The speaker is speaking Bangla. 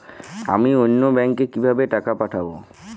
আমি অন্য ব্যাংকে কিভাবে টাকা পাঠাব?